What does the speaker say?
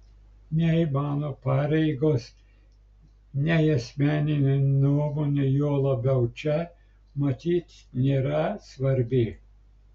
nei mano pareigos nei asmeninė nuomonė juo labiau čia matyt nėra svarbi